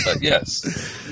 yes